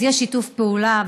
אז יש שיתוף פעולה,